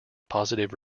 positive